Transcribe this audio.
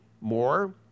more